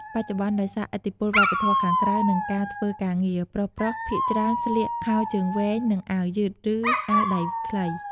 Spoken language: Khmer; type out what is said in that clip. បច្ចុប្បន្ន ដោយសារឥទ្ធិពលវប្បធម៌ខាងក្រៅ និងការធ្វើការងារ ប្រុសៗភាគច្រើនស្លៀក ខោជើងវែង និង អាវយឺត ឬ អាវដៃខ្លី។